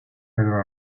pedro